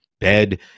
bed